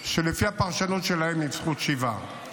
שלפי הפרשנות שלהם הוא עם זכות שיבה.